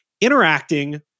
interacting